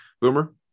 boomer